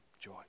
joy